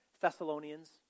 Thessalonians